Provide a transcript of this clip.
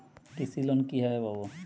কৃষি লোন কিভাবে পাব?